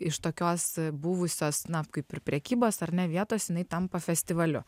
iš tokios buvusios na kaip ir prekybos ar ne vietos jinai tampa festivaliu